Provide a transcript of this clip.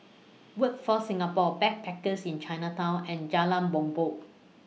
Workforce Singapore Backpackers Inn Chinatown and Jalan Bumbong